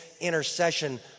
intercession